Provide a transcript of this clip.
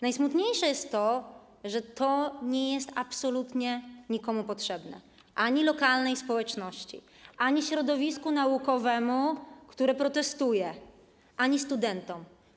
Najsmutniejsze jest to, że to nie jest absolutnie nikomu potrzebne: ani lokalnej społeczności, ani środowisku naukowemu, które protestuje, ani studentom.